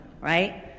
right